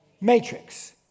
matrix